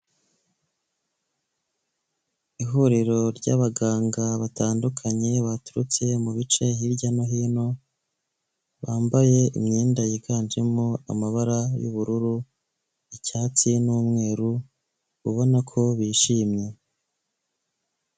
Ihuriro ry'abaganga batandukanye, baturutse mu bice hirya no hino, bambaye imyenda yiganjemo amabara y'ubururu, icyatsi, n'umweru, ubona ko bishimye.